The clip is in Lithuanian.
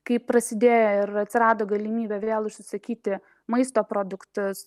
kai prasidėjo ir atsirado galimybė vėl užsisakyti maisto produktus